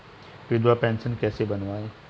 विधवा पेंशन कैसे बनवायें?